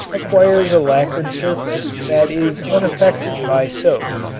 acquires a lacquered surface that is unaffected by soap.